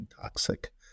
toxic